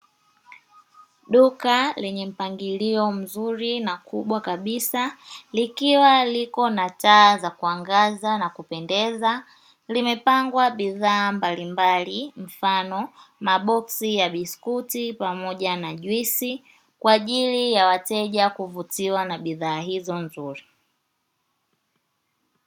Duka lenye mpangilio mzuri na kubwa kabisa, likiwa liko na taa za kuangaza na kupendeza; limepangwa bidhaa mbalimbali mfano maboksi ya biskuti pamoja na juisi, kwa ajili ya wateja kuvutiwa na bidhaa hizo nzuri.